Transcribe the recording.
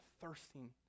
thirsting